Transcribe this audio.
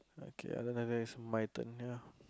okay lah other than that is my turn ya